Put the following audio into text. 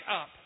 up